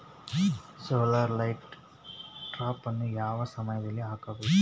Solar light ಟ್ರಾಪನ್ನು ಯಾವ ಸಮಯದಲ್ಲಿ ಹಾಕಬೇಕು?